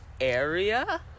area